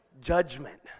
judgment